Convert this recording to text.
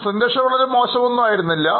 Presentationവളരെ മോശം ഒന്നുമായിരുന്നില്ല